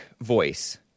voice